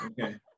okay